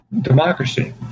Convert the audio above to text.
democracy